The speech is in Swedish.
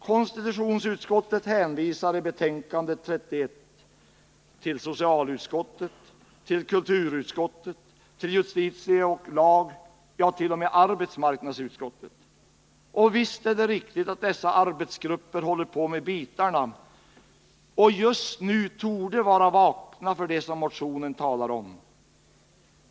Konstitutionsutskottet hänvisar i betänkandet 31 till socialutskottet, till kulturutskottet, till justitieutskottet, till lagutskottet och t.o.m. till arbetsmarknadsutskottet. Och visst är det riktigt att dessa arbetsgrupper håller på med bitarna och just nu torde vara vakna för det som motionen talar om.